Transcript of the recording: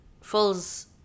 falls